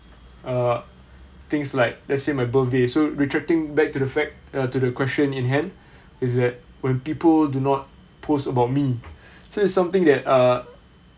uh things like let's say my birthday so retracting back to the fact uh to the question in hand is that when people do not post about me so it's something that err